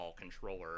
controller